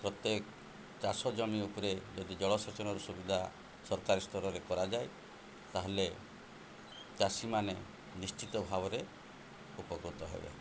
ପ୍ରତ୍ୟେକ ଚାଷ ଜମି ଉପରେ ଯଦି ଜଳସେଚନର ସୁବିଧା ସରକାରୀ ସ୍ତରରେ କରାଯାଏ ତା'ହେଲେ ଚାଷୀମାନେ ନିଶ୍ଚିତ ଭାବରେ ଉପକୃତ ହେବେ